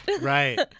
Right